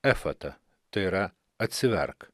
efata tai yra atsiverk